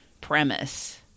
premise